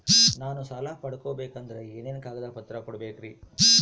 ನಾನು ಸಾಲ ಪಡಕೋಬೇಕಂದರೆ ಏನೇನು ಕಾಗದ ಪತ್ರ ಕೋಡಬೇಕ್ರಿ?